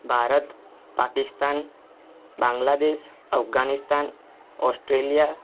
Bharat Pakistan Bangladesh Afghanistan Australia